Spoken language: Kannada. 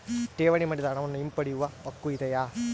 ಠೇವಣಿ ಮಾಡಿದ ಹಣವನ್ನು ಹಿಂಪಡೆಯವ ಹಕ್ಕು ಇದೆಯಾ?